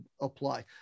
apply